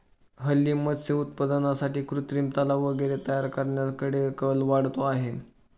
हल्ली मत्स्य उत्पादनासाठी कृत्रिम तलाव वगैरे तयार करण्याकडे कल वाढतो आहे